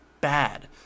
bad